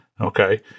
okay